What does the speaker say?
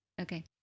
okay